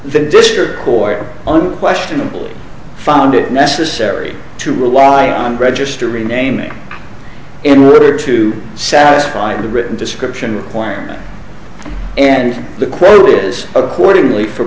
the district court on questionable found it necessary to rely on register renaming in river to satisfy the written description requirement and the quote is accordingly for